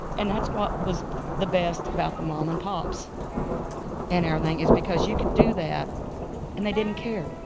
and that's what was the best about the mom and pops and everything, is because you could do that and they didn't care.